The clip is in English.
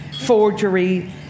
forgery